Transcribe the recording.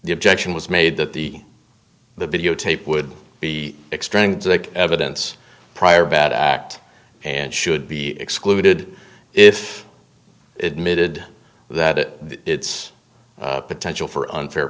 the objection was made that the the video tape would be extremely evidence prior bad act and should be excluded if it mid that it its potential for unfair